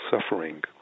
suffering